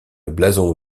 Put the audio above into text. blason